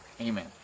amen